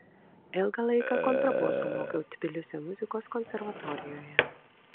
ilgą laiką kontraboso mokiau tbilisio muzikos konservatorijoje